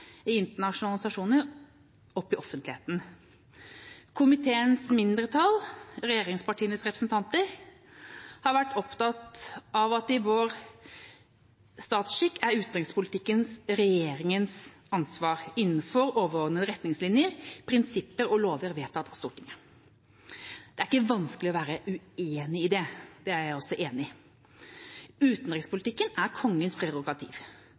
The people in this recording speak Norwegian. i internasjonale operasjoner opp i offentligheten. Komiteens mindretall, regjeringspartienes representanter, har vært opptatt av at i vår statsskikk er utenrikspolitikken regjeringas ansvar, innenfor overordnede retningslinjer, prinsipper og lover vedtatt på Stortinget. Det er vanskelig å være uenig i det – det er jeg også enig i. Utenrikspolitikken er Kongens prerogativ.